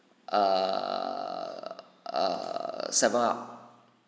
uh uh seven up